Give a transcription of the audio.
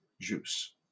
juice